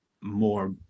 more